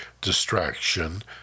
distraction